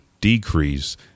decrease